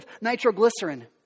nitroglycerin